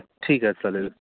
ठीक आहे चालेल